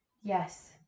yes